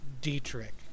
Dietrich